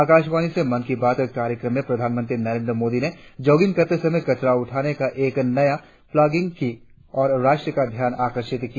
आकाशवाणि से आज मन की बात कार्यक्रम में प्रधानमंत्री नरेंद्र मोदी ने जॉगिंग करते समय कचरा उठाने की एक नई पहल प्लॉगिंग की ओर राष्ट्र का ध्यान आकर्षित किया